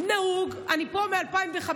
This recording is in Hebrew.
אני פה מ-2015.